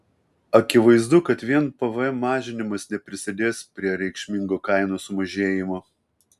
akivaizdu kad vien pvm mažinimas neprisidės prie reikšmingo kainų sumažėjimo